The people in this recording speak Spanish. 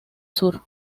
sur